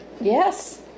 Yes